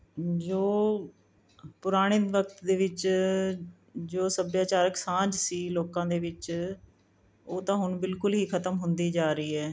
ਜੋ ਪੁਰਾਣੇ ਵਕਤ ਦੇ ਵਿੱਚ ਜੋ ਸੱਭਿਆਚਾਰਕ ਸਾਂਝ ਸੀ ਲੋਕਾਂ ਦੇ ਵਿੱਚ ਉਹ ਤਾਂ ਹੁਣ ਬਿਲਕੁਲ ਹੀ ਖਤਮ ਹੁੰਦੀ ਜਾ ਰਹੀ ਹੈ